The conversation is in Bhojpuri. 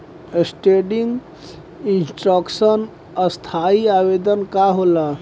स्टेंडिंग इंस्ट्रक्शन स्थाई आदेश का होला?